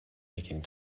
making